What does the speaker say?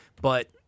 But-